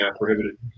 prohibited